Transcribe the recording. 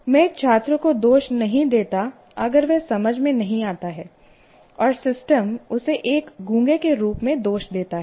मैं एक छात्र को दोष नहीं देता अगर वह समझ में नहीं आता है और सिस्टम उसे एक गूंगे के रूप में दोष देता है